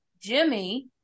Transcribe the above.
Jimmy